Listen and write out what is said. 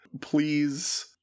please